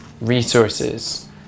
resources